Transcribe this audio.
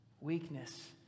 Weakness